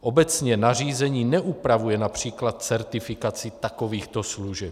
Obecně nařízení neupravuje například certifikaci takovýchto služeb.